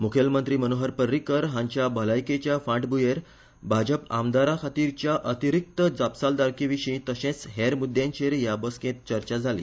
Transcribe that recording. मुखेलमंत्री मनोहर परीकार हांचे भलायकेचे फाटभूंयेर भाजपा आमदारां खातीरच्या अतिरिक्त जापसालदारके विशीं तशेंच हेर मुद्यांचेर हे बसकेंत चर्चा जाली